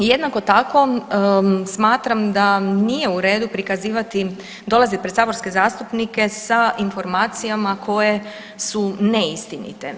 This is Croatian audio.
I jednako tako smatram da nije u redu prikazivati, dolazit pred saborske zastupnike sa informacijama koje su neistinite.